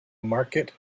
market